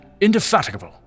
indefatigable